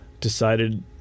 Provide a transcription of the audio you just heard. decided